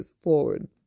forward